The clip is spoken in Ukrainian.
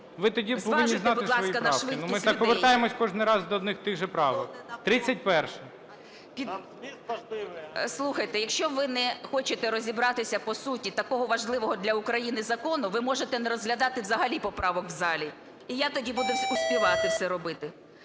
Ви тоді повинні знати свої правки. Ми повертаємося кожен раз до одних і тих же правок. 31-а. ЮЖАНІНА Н.П. Слухайте, якщо ви не хочете розібратися по суті такого важливого для України закону, ви можете не розглядати взагалі поправок в залі, і я тоді буду успівати все робити.